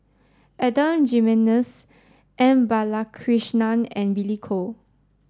Adan Jimenez M Balakrishnan and Billy Koh